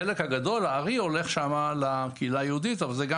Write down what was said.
החלק הארי הולך לקהילה היהודית אבל זה גם